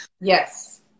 Yes